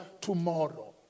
tomorrow